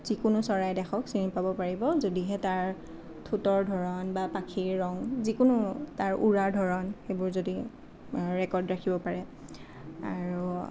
যিকোনো চৰাই দেখক চিনি পাব পাৰিব যদিহে তাৰ ঠুটৰ ধৰণ বা পাখিৰ ৰং বা যিকোনো তাৰ উৰাৰ ধৰণ সেইবোৰ যদি ৰেকৰ্ড ৰাখিব পাৰে আৰু